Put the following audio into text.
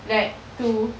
like to